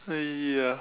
uh ya